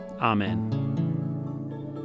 Amen